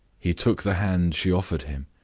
he took the hand she offered him,